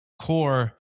core